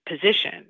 position